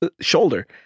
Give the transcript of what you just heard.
shoulder